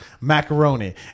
macaroni